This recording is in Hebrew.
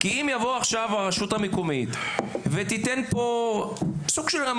מה נוכל לעשות אם הרשות המקומית תיתן "רמזים",